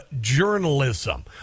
journalism